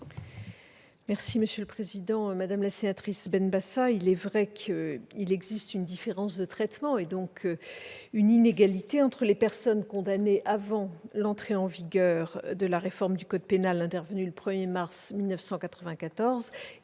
du Gouvernement ? Madame Benbassa, il est vrai qu'il existe une différence de traitement, donc une inégalité, entre les personnes condamnées avant l'entrée en vigueur de la réforme du code pénal, intervenue le 1 mars 1994,